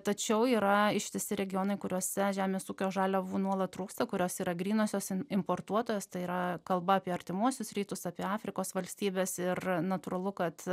tačiau yra ištisi regionai kuriuose žemės ūkio žaliavų nuolat trūksta kurios yra grynosios importuotojos tai yra kalba apie artimuosius rytus apie afrikos valstybes ir natūralu kad